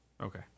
Okay